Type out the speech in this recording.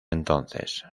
entonces